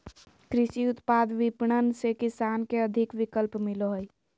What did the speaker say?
कृषि उत्पाद विपणन से किसान के अधिक विकल्प मिलो हइ